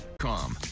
com.